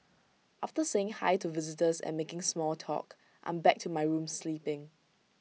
after saying hi to visitors and making small talk I'm back to my room sleeping